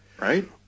right